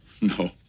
No